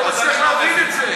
אתה לא מצליח להבין את זה.